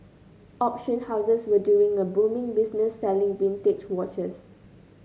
auction houses were doing a booming business selling vintage watches